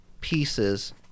pieces